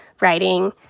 writing,